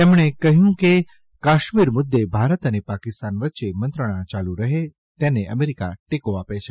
તેમણે કહ્યું કે કાશ્મીર મુદ્દે ભારત અને પાકિસ્તાન વચ્ચે મંત્રણા યાલુ રહે તેને અમેરિકા ટેકો આપે છે